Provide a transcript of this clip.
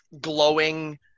glowing